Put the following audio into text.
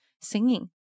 singing